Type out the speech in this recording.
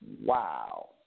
Wow